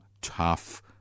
tough